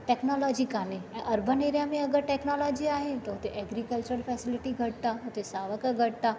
technology कान्हे ऐं urban area में अग॒रि टेक्नोलॉजी आहे त हुते एग्रीकल्चर फैसिलिटी घटि आहे त हुते सावक घटि आहे